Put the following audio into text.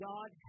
God